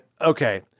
Okay